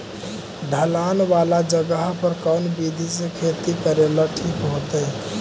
ढलान वाला जगह पर कौन विधी से खेती करेला ठिक होतइ?